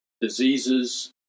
diseases